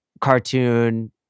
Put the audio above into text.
cartoon